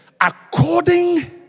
According